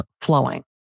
flowing